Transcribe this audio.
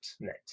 net